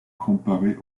comparé